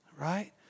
Right